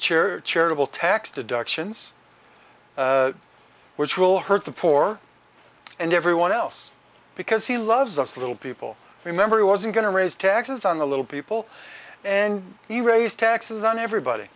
church charitable tax deductions which will hurt the poor and everyone else because he loves us little people remember he wasn't going to raise taxes on the little people and you raise taxes on everybody